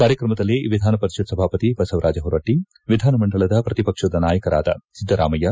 ಕಾರ್ಯಕ್ರಮದಲ್ಲಿ ವಿಧಾನ ಪರಿಷತ್ ಸಭಾಪತಿ ಬಸವರಾಜ ಹೊರಟ್ಟ ವಿಧಾನಮಂಡಲದ ಪ್ರತಿಪಕ್ಷದ ನಾಯಕರಾದ ಸಿದ್ದರಾಮಯ್ಯ